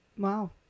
Wow